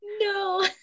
no